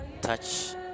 Touch